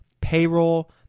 payroll